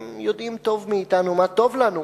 הם יודעים טוב מאתנו מה טוב לנו.